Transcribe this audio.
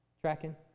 Tracking